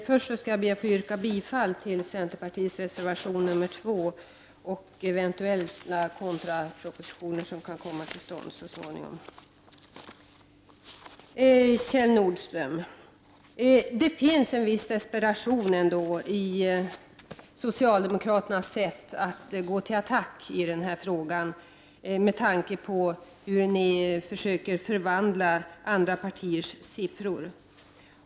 Fru talman! Först ber jag att få yrka bifall till centerpartiets reservation nr 2. Det finns ändå, Kjell Nordström, en viss desperation i socialdemokraternas sätt att gå till attack i den här frågan — detta sagt med tanke på hur ni försöker omvandla de siffror som andra partier för fram.